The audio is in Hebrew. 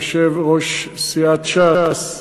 יושב-ראש סיעת ש"ס,